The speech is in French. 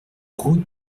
route